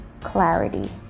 clarity